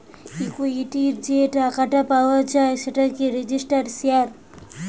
equity যে টাকাটা পাওয়া যায় সেটাই রেজিস্টার্ড শেয়ার